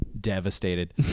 devastated